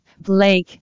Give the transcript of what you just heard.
Blake